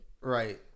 Right